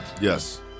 Yes